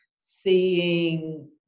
seeing